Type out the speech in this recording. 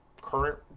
current